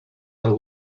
del